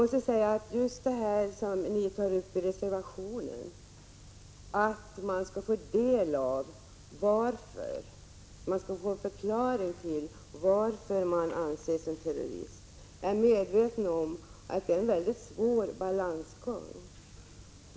Det sägs i reservationen att den person det gäller skall få en förklaring till varför han anses vara terrorist. Jag är medveten om att det härvidlag blir en mycket svår balansgång.